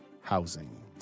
housing